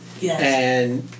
Yes